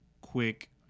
quick